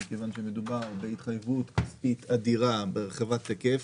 מכיוון שמדובר בהתחייבות כספית אדירה ורחבת היקף